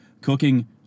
cooking